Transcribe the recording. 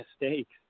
mistakes